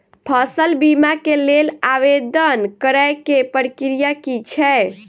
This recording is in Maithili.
फसल बीमा केँ लेल आवेदन करै केँ प्रक्रिया की छै?